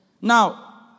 Now